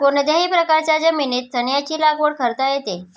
कोणत्याही प्रकारच्या जमिनीत चण्याची लागवड करता येते